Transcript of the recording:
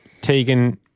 Tegan